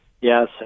Yes